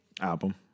album